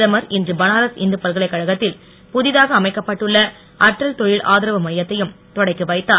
பிரதமர் இன்று பனாரஸ் இந்து பல்கலைக்கழகத்தில் புதிதாக அமைக்கப்பட்டுள்ள அட்டல் தொழில் ஆதரவு மையத்தையும் தொடக்கி வைத்தார்